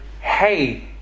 hey